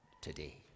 today